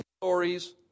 stories